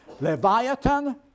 Leviathan